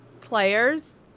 players